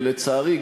ולצערי,